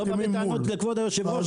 אני לא בא בטענות לכבוד היושב-ראש.